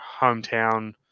hometown